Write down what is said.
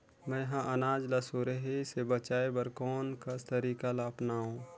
मैं ह अनाज ला सुरही से बचाये बर कोन कस तरीका ला अपनाव?